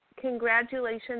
congratulations